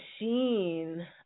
machine